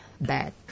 bad